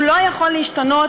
הוא לא יכול להשתנות,